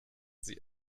sie